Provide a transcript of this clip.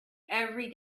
every